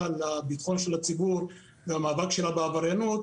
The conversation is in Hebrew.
על ביטחון הציבור במאבק שלה בעבריינות,